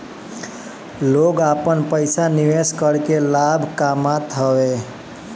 लोग आपन पईसा निवेश करके लाभ कामत हवे